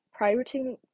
prioritizing